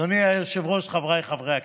אדוני היושב-ראש, חבריי חברי הכנסת,